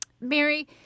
Mary